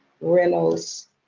reynolds